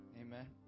Amen